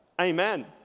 Amen